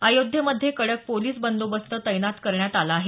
अयोध्येमध्ये कडक पोलिस बंदोबस्त तैनात करण्यात आला आहे